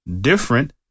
different